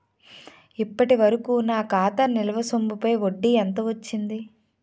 ఇప్పటి వరకూ నా ఖాతా నిల్వ సొమ్ముపై వడ్డీ ఎంత వచ్చింది?